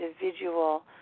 individual